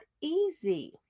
easy